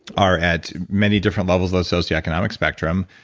are at many different levels of the socioeconomic spectrum,